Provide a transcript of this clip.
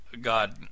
God